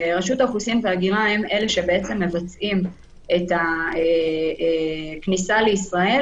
רשות האוכלוסין וההגירה הם אלה שמבצעים את הכניסה לישראל